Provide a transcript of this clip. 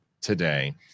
today